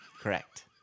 Correct